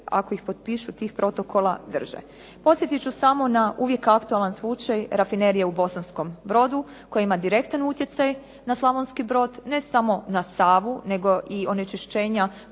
ako ih potpišu tih protokola drže. Podsjetit ću samo na uvijek aktualan slučaj rafinerije u Bosanskom Brodu koja ima direktan utjecaj na Slavonski Brod ne samo na Savu nego i onečišćenja